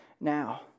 now